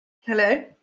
Hello